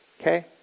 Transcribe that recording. Okay